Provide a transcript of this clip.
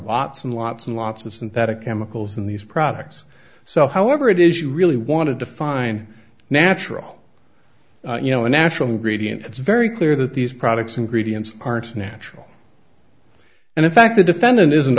lots and lots and lots of synthetic chemicals in these products so however it is you really want to define natural you know natural ingredients it's very clear that these products and gradients aren't natural and in fact the defendant isn't